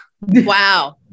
Wow